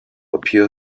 appear